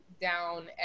down